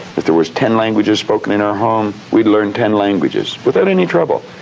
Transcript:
if there was ten languages spoken in our home, we'd learn ten languages, without any trouble.